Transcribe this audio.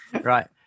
Right